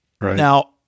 Now